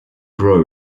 grow